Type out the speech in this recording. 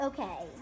Okay